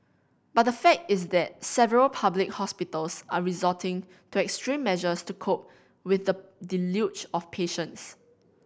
but the fact is that several public hospitals are resorting to extreme measures to cope with the deluge of patients